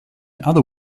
other